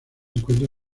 encuentra